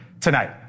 tonight